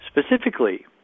Specifically